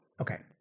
Okay